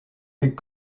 est